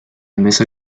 mesa